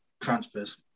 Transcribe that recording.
transfers